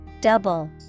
double